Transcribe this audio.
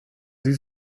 sie